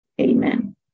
amen